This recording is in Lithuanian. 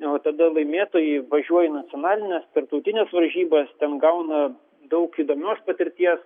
o tada laimėtojai važiuoja į nacionalines tarptautines varžybas ten gauna daug įdomios patirties